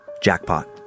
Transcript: Jackpot